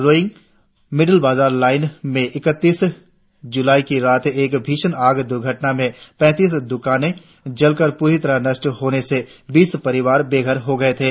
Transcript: Roing middle Bazaar line में इकत्तीस जुलाई की रात एक भीषण आग दुर्घटना में पैंतीस दुकाने जलकर पूरी तरह नष्ट होने से बीस परिवार बेघर हो गये थे